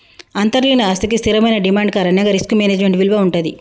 అంతర్లీన ఆస్తికి స్థిరమైన డిమాండ్ కారణంగా రిస్క్ మేనేజ్మెంట్ విలువ వుంటది